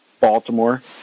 Baltimore